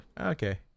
Okay